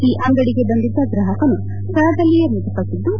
ಈ ಅಂಗಡಿಗೆ ಬಂದಿದ್ದ ಗ್ರಾಹಕನು ಸ್ವಳದಲ್ಲಿಯೇ ಮೃತಪಟ್ಟಿದ್ದು